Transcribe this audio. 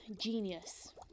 genius